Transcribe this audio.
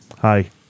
Hi